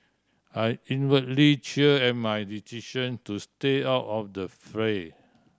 I inwardly cheer at my decision to stay out of the fray